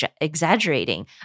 exaggerating